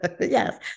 Yes